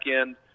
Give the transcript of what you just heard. end